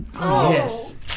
yes